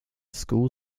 school